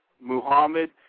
Muhammad